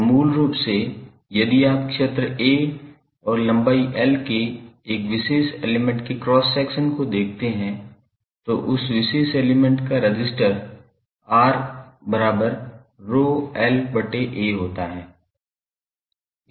तो मूल रूप से यदि आप क्षेत्र A और लंबाई l के एक विशेष एलिमेंट के क्रॉस सेक्शन को देखते हैं तो उस विशेष एलिमेंट का रजिस्टर 𝑅𝜌𝑙𝐴 द्वारा दिया जाता है